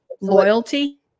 loyalty